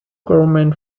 government